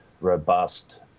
robust